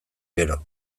gero